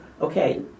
okay